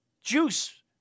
Juice